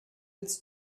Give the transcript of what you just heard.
its